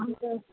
अन्त